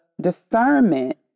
discernment